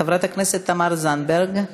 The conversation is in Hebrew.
חברת הכנסת תמר זנדברג.